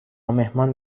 مهمان